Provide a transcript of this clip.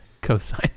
Cosine